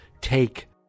take